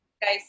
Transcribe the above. guys